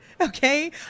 okay